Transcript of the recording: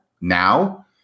now